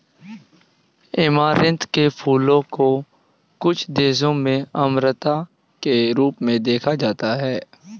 amaranth के फूलों को कुछ देशों में अमरता के रूप में देखा जाता है